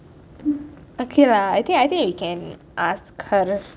okay lah I think I think you can ask her